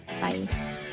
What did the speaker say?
Bye